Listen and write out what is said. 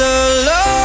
alone